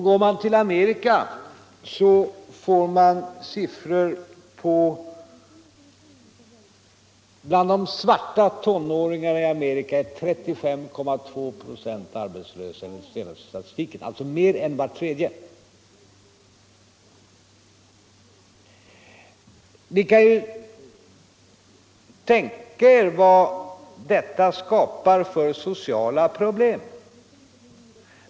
Går man till Amerika får man siffror av det här slaget: Bland de svarta tonåringarna i Amerika är 35,2 96 arbetslösa enligt den senaste statistiken, alltså mer än var tredje. Ni kan ju tänka er vad detta skapar för sociala problem.